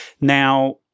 Now